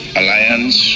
alliance